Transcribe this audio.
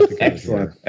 Excellent